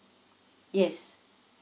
yes